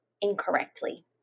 incorrectly